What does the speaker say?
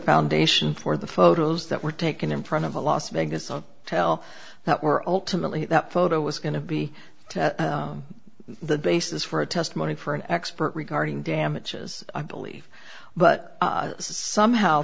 foundation for the photos that were taken in front of the las vegas sun tell that were ultimately that photo was going to be the basis for a testimony for an expert regarding damages i believe but somehow